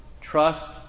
Trust